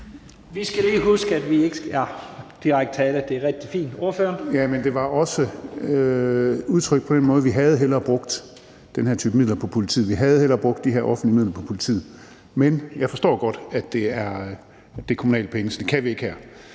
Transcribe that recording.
Vi skal lige huske ikke at bruge direkte tiltale. Det er rigtig fint. Ordføreren. Kl. 16:57 Torsten Gejl (ALT): Jamen det var også udtrykt på den måde, at vi hellere havde brugt den her type midler på politiet, at vi hellere havde brugt de her offentlige midler på politiet. Men jeg forstår godt, at det er kommunale penge. Så det kan vi ikke her.